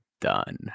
done